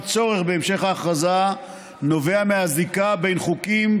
הצורך העיקרי בהמשך ההכרזה נובע מהזיקה של חוקים,